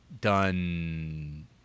done